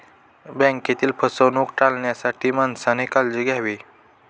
बँकेतील फसवणूक टाळण्यासाठी माणसाने काळजी घ्यावी